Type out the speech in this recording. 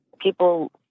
People